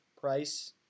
price